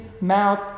mouth